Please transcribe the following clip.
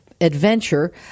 adventure